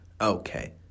okay